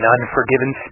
unforgiven